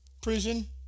Prison